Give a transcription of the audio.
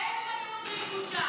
להם הם היו אומרים "בושה".